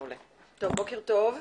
בוקר טוב.